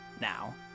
Now